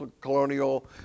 colonial